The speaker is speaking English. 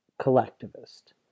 collectivist